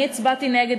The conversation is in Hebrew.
אני הצבעתי נגד.